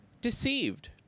Deceived